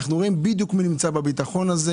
אנחנו רואים בדיוק מי נמצא בביטחון הזה: